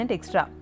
Extra